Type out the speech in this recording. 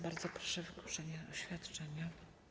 Bardzo proszę o wygłoszenie oświadczenia.